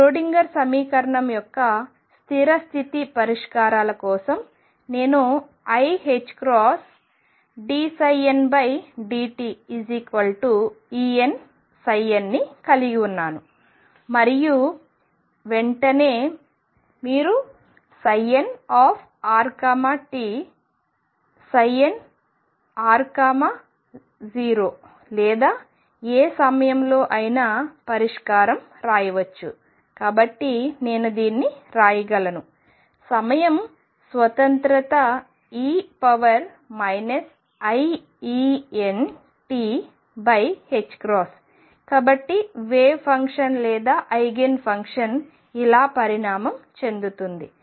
Schrodinger సమీకరణం యొక్క స్థిర స్థితి పరిష్కారాల కోసం నేనుiℏdndtEnn ని కలిగి ఉన్నాను మరియు వెంటనే మీరు nrt nr0లేదా ఏ సమయంలో అయినా పరిష్కారం రాయవచ్చు కాబట్టి నేను దీన్ని రాయగలను సమయం స్వతంత్రe iEnt కాబట్టి వేవ్ ఫంక్షన్ లేదా ఐగెన్ ఫంక్షన్ ఇలా పరిణామం చెందుతుంది